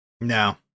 no